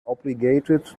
obligated